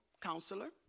counselor